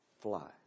fly